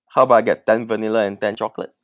how about I get ten vanilla and ten chocolate